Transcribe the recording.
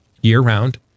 year-round